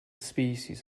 species